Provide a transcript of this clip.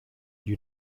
you